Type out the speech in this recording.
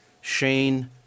Shane